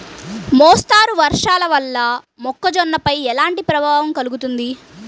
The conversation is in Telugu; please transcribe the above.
మోస్తరు వర్షాలు వల్ల మొక్కజొన్నపై ఎలాంటి ప్రభావం కలుగుతుంది?